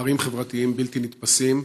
פערים חברתיים בלתי נתפסים,